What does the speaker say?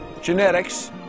genetics